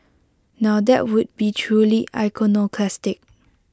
now that would be truly iconoclastic